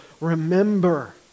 remember